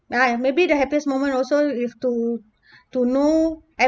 ya maybe the happiest moment also is to to know I